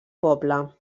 poble